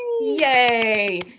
yay